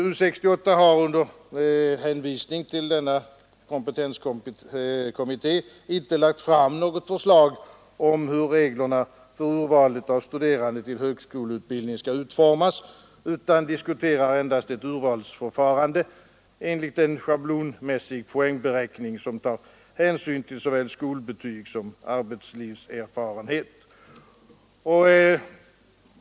U 68 har under hänvisning till denna kompetenskommitté inte lagt fram något förslag om hur reglerna för urvalet av studerande till högskoleutbildning bör utformas utan diskuterar endast urvalsförfarande enligt en schablonmässig poängberäkning som tar hänsyn till såväl skolbetyg som arbetslivserfarenhet.